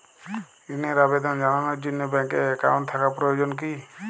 ঋণের আবেদন জানানোর জন্য ব্যাঙ্কে অ্যাকাউন্ট থাকা প্রয়োজন কী?